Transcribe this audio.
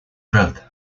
growth